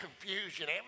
confusion